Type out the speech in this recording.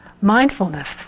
Mindfulness